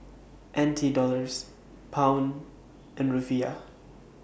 N T Dollars Pound and Rufiyaa